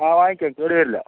ആ വാങ്ങിക്കാം കേടുവരില്ല